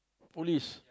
police